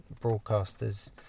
broadcasters